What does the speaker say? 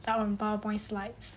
down on power point slides